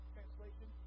Translation